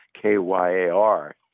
KYAR